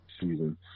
season